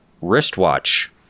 wristwatch